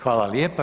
Hvala lijepa.